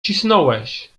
cisnąłeś